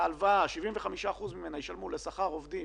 אחר ושונה מכך שהם באמת לא ייצרו הכנסה במרס-אפריל,